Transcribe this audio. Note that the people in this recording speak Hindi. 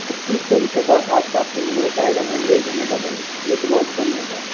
पच्चीस सौ रूपए के आसपास तो नहीं हो पाएगा मैम एक जने का बेलेंस ये तो बहुत कम हो रहा है